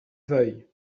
veuille